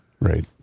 Right